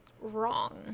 wrong